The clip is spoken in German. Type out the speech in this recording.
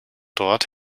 dort